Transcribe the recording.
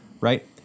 right